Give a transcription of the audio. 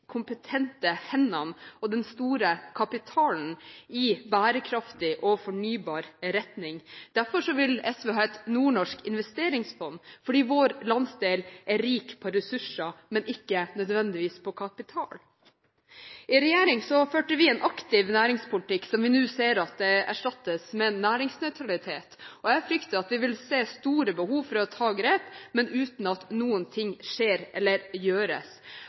kompetente hendene og den store kapitalen i bærekraftig og fornybar retning. Derfor vil SV ha et nordnorsk investeringsfond, fordi vår landsdel er rik på ressurser, men ikke nødvendigvis på kapital. I regjering førte vi en aktiv næringspolitikk som vi nå ser erstattes med næringsnøytralitet. Jeg frykter at vi vil se store behov for å ta grep, men uten at noen ting skjer eller gjøres,